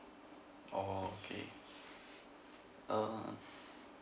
orh okay err